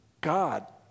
God